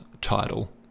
title